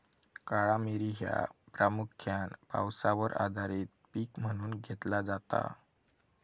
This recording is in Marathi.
काळा मिरी ह्या प्रामुख्यान पावसावर आधारित पीक म्हणून घेतला जाता